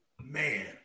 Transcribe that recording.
Man